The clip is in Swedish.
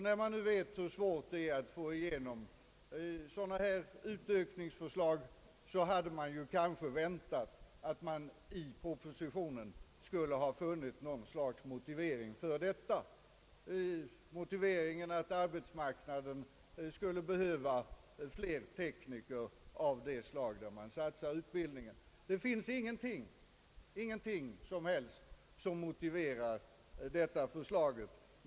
När vi nu vet hur svårt det är att få igenom sådana här utökningsförslag hade man kanske väntat att det i propositionen skulle ha funnits någon motivering för denna ökning, t.ex. att arbetsmarknaden behöver fler tekniker av det slag som man nu satsar utbildning på. Det finns emellertid i = statsverkspropositionen ingen närmare motivering för detta förslag.